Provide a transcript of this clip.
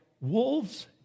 wolves